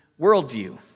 worldview